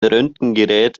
röntgengerät